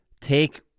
take